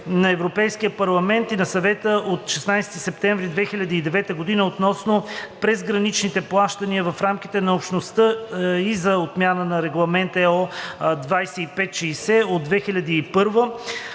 на Европейския парламент и на Съвета от 16 септември 2009 г. относно презграничните плащания в рамките на Общността и за отмяна на Регламент (ЕО) № 2560/2001 (ОВ,